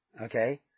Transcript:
okay